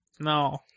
No